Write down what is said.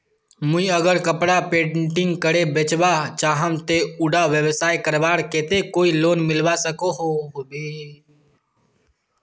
मुई अगर कपड़ा पेंटिंग करे बेचवा चाहम ते उडा व्यवसाय करवार केते कोई लोन मिलवा सकोहो होबे?